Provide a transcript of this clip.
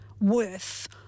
worth